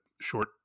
short